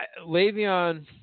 Le'Veon